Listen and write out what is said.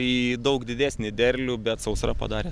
į daug didesnį derlių bet sausra padarė